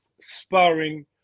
sparring